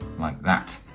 like that,